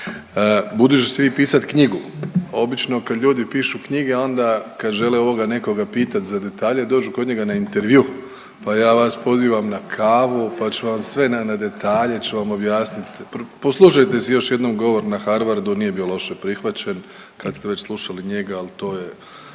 Budući da ćete vi pisat knjigu, obično kad ljudi pišu knjige onda kad žele ovoga nekoga pitati za detalje dođu kod njega na intervju, pa ja vas pozivam na kavu pa ću vam sve na detalje ću vam objasniti. Poslušajte si još jednom govor na Harvardu, nije bio loše prihvaćen kad ste već slušali njega. Ali to je